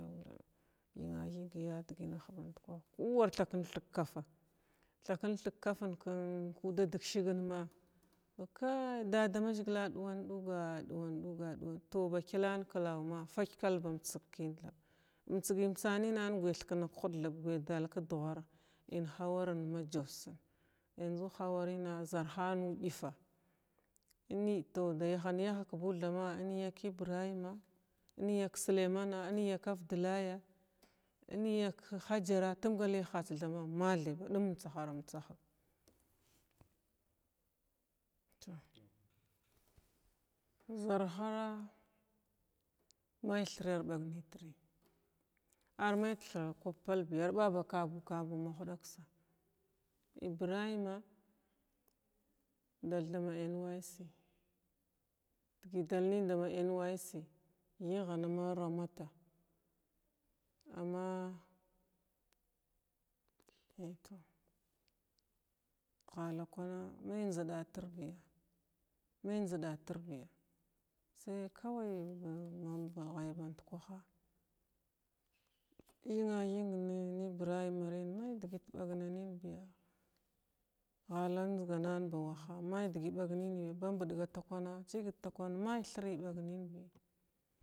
Higga higgs ku war thakin thig kafa thakin thig kafa kin kuda digshigs kai dadamashgila a duwan duga ba kilan klawa mafak kal butsig kin thab ba mitsigi inmitsani kal ban thikui kuhuda dugar in hanwarin ma jos yanzu hanrorina zarhan udifa da yahans yahgma ki bu thma inya ki ibrims inya suleimana inya kavdillaya inyak hajara tumga hihas ma mathy imtsahanar tsahg to zar hara mai thir ar ban nitri ar mai thira bag par bi ar ba ɓa kabu kabuwa ma hudakisa ibrims dal dama nysc digi gal min dama nysc higna ma ramata amma aito hala kuna mai zidge tir mai zhiɗa dhir biya sai kawai bahe bankwarha nig higa nibrimarna mai digi bau gla zigakan ba waha nin biya digit ban ininbi babigajaka mai thri bannin bi.